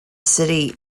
city